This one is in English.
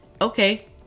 okay